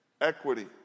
equity